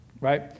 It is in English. right